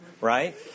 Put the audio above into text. right